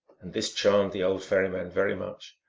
this charmed the old ferryman very much,